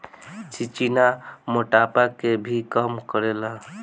चिचिना मोटापा के भी कम करेला